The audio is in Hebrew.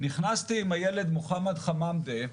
נכנסתי עם הילד מוחמד חמאמדה,